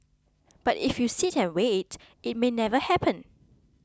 but if you sit and wait it may never happen